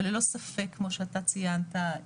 אבל ללא ספק כמו שאתה ציינת,